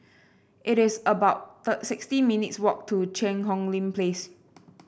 it is about sixty minutes' walk to Cheang Hong Lim Place